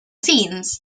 scenes